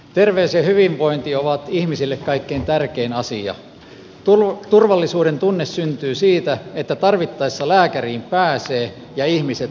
terveys ja hyvinvointi ovat ihmisille kaikkein tärkein asia tulevat turvallisuudentunne syntyy siitä että tarvittaessa lääkäriin pääsyä ja ihmiset